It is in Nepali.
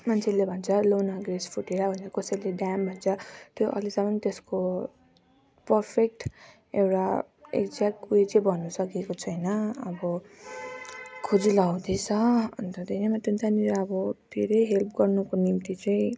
मान्छेले भन्छ लुनाक ग्लेसियर फुटेर कसैले ड्याम भन्छ त्यो अहिलेसम्म त्यसको पर्फेक्ट एउटा एक्जेक्ट उयो चाहिँ भन्नु सकिएको छैन अब खोजी ल्याउँदैछ अन्त त्यही नै मात्रै त्यहाँनिर अब धेरै हेल्प गर्नुको निम्ति चाहिँ